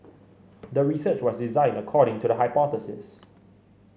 the research was designed according to the hypothesis